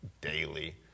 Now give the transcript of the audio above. daily